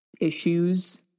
issues